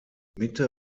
mitte